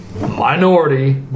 minority